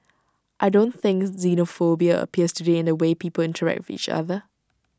I don't think xenophobia appears today in the way people interact with each other